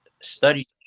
study